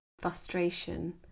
frustration